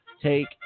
Take